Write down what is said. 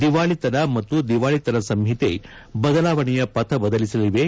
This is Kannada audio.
ದಿವಾಳಿತನ ಮತ್ತು ದಿವಾಳಿತನ ಸಂಹಿತೆ ಬದಲಾವಣೆಯ ಪಥ ಬದಲಿಸಲಿವೆ